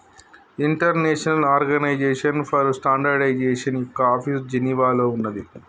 international Organization for Standardization యొక్క office జెనీవాలో ఉన్నాది